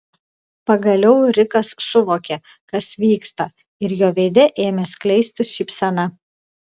pagaliau rikas suvokė kas vyksta ir jo veide ėmė skleistis šypsena